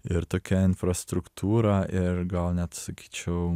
ir tokia infrastruktūra ir gal net sakyčiau